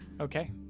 Okay